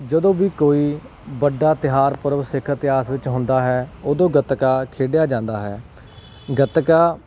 ਜਦੋਂ ਵੀ ਕੋਈ ਵੱਡਾ ਤਿਉਹਾਰ ਪੁਰਬ ਸਿੱਖ ਇਤਿਹਾਸ ਵਿੱਚ ਹੁੰਦਾ ਹੈ ਉਦੋਂ ਗਤਕਾ ਖੇਡਿਆ ਜਾਂਦਾ ਹੈ ਗਤਕਾ